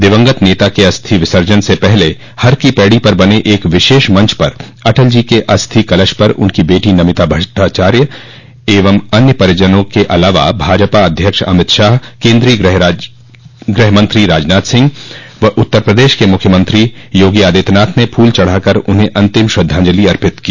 दिवंगत नेता के अस्थि विर्सजन से पहले हर की पैड़ी पर बने एक विशेष मंच पर अटल जी के अस्थि कलश पर उनकी बेटी नमिता भट्टाचार्या एवं अन्य परिजनों के अलावा भाजपा अध्यक्ष अमित शाह केन्द्रीय गृह मंत्री राजनाथ सिंह व उत्तर प्रदेश के मुख्यमंत्री योगी आदित्य ने फूल चढ़ाकर उन्हें अन्तिम श्रद्वांजलि अर्पित की